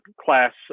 class